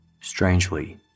Strangely